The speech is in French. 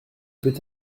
peut